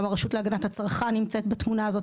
גם הרשות להגנת הצרכן נמצאת בתמונה הזאת,